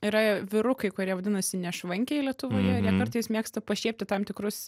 yra vyrukai kurie vadinasi nešvankiai lietuvoje ir jie kartais mėgsta pašiepti tam tikrus